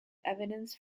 evidence